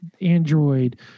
android